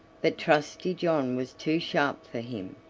but trusty john was too sharp for him,